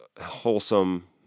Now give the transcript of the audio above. wholesome